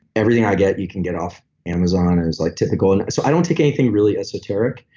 everything i get you can get off amazon, and it's like typically. and so, i don't take anything really esoteric,